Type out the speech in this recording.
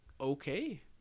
okay